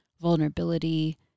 vulnerability